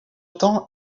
temps